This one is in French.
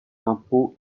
l’impôt